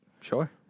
Sure